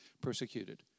persecuted